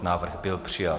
Návrh byl přijat.